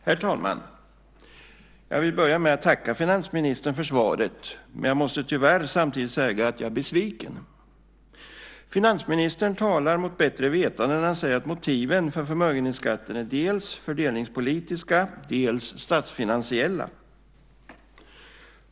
Herr talman! Jag vill börja med att tacka finansministern för svaret. Jag måste tyvärr samtidigt säga att jag är besviken. Finansministern talar mot bättre vetande när han säger att motiven för förmögenhetsskatten är dels fördelningspolitiska, dels statsfinansiella.